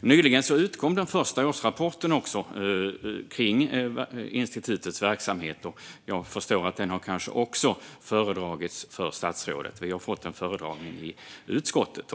Nyligen utkom den första årsrapporten om institutets verksamhet. Jag förstår att den kanske också har föredragits för statsrådet; vi har fått en föredragning i utskottet.